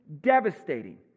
devastating